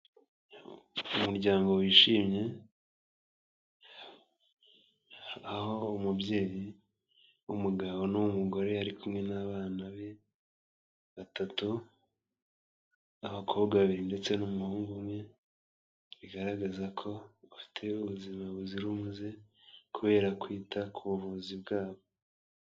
Umuryango wishimye, aho umubyeyi w'umugabo n'uwumugore bari kumwe n'abana be batatu, abakobwa babiri ndetse n'umuhungu umwe, bigaragaza ko bafite ubuzima buzira umuze kubera kwita ku buvuzi bwabo.